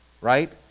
right